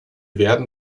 werden